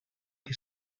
què